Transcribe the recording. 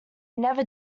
never